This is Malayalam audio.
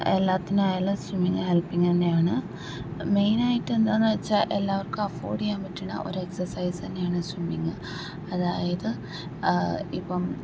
എല്ലാത്തിനായാലും സ്വിമ്മിങ്ങ് ഹെൽപ്പിങ് തന്നെയാണ് മെയ്നായിട്ട് എന്താന്ന് വെച്ചാൽ എല്ലാവർക്കും അഫൊർഡ് ചെയ്യാൻ പറ്റുന്ന ഒരു എക്സസൈസ് തന്നെയാണ് സ്വിമ്മിങ്ങ് അതായത് ഇപ്പം